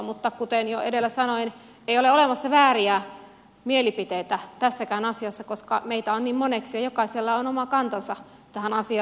mutta kuten jo edellä sanoin ei ole olemassa vääriä mielipiteitä tässäkään asiassa koska meitä on niin moneksi ja jokaisella on oma kantansa tähän asiaan